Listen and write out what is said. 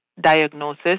Diagnosis